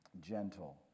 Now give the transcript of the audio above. gentle